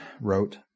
wrote